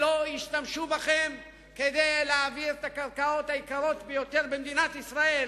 שלא ישתמשו בכם כדי להעביר את הקרקעות היקרות ביותר במדינת ישראל